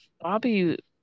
Bobby